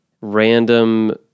random